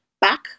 back